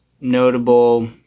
notable